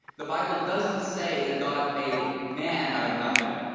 the bible doesn't say that god made man out of nothing,